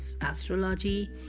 astrology